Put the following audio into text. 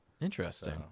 Interesting